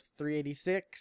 386